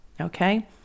Okay